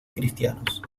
cristianos